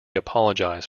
apologise